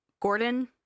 Gordon